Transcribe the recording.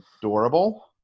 adorable